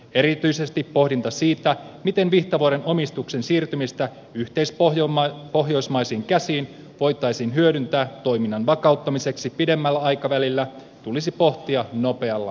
erityisesti pohdinta siitä miten vihtavuoren omistuksen siirtymistä yhteispohjoismaisiin käsiin voitaisiin hyödyntää toiminnan vakauttamiseksi pidemmällä aikavälillä tulisi tehdä nopealla aikataululla